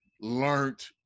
learned